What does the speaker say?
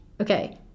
okay